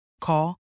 Call